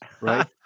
right